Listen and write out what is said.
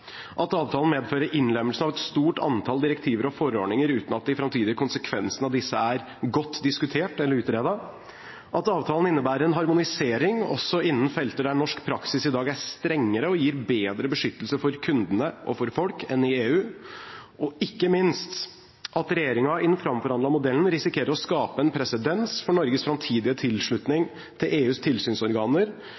at avtalen medfører innlemmelse av et stort antall direktiver og forordninger uten at de framtidige konsekvensene av disse er godt diskutert eller utredet, at avtalen innebærer en harmonisering også innen felter der norsk praksis i dag er strengere og gir bedre beskyttelse for kundene og for folk enn i EU, og ikke minst at regjeringen i den framforhandlede modellen risikerer å skape en presedens for Norges framtidige tilslutning